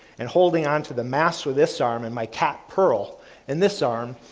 and holding onto the mass with this arm and my cat pearl in this arm,